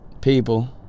People